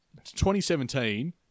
2017